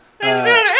hey